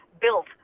built